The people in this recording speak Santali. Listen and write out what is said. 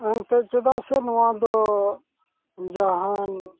ᱮᱱᱛᱮᱫ ᱪᱮᱫᱟᱜ ᱥᱮ ᱱᱚᱣᱟ ᱫᱚ ᱡᱟᱦᱟᱱ